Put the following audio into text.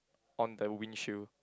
on the windshield